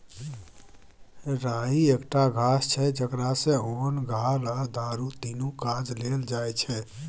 राइ एकटा घास छै जकरा सँ ओन, घाल आ दारु तीनु काज लेल जाइ छै